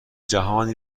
جهانی